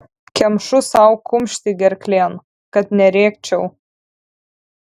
kemšu sau kumštį gerklėn kad nerėkčiau